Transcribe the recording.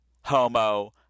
homo